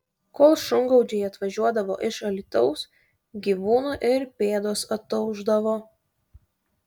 kol šungaudžiai atvažiuodavo iš alytaus gyvūnų ir pėdos ataušdavo